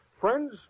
Friends